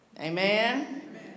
amen